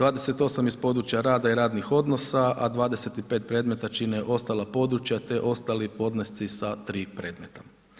28 iz područja rada i radnih odnosa a 25 predmeta čine ostala područja te ostali podnesci sa 3 predmeta.